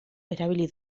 erabili